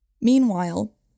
Meanwhile